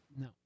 No